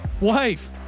wife